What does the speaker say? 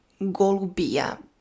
golubia